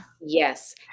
Yes